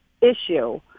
issue